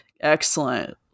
Excellent